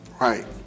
Right